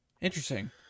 Interesting